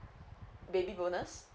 baby bonus